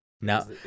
Now